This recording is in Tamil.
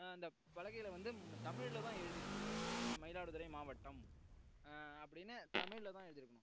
அந்த பலகையில் வந்து தமிழில் தான் எழுதியிருக்கணும் மயிலாடுதுறை மாவட்டம் அப்படின்னு தமிழில் தான் எழுதியிருக்கணும்